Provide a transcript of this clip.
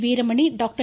Veeramani doctor